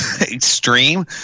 extreme